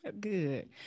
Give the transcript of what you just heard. Good